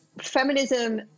feminism